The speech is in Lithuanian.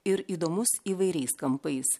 ir įdomus įvairiais kampais